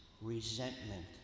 resentment